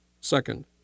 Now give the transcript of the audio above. Second